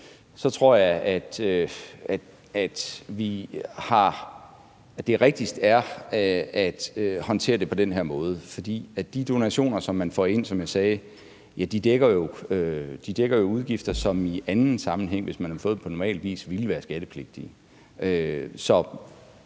generelt, at det rigtigste er at håndtere det på den her måde, for de donationer, som man får ind, som jeg sagde, dækker jo udgifter, som i anden sammenhæng, hvis man havde fået dem på normal vis, ville være skattepligtige. Så